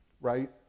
right